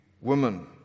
women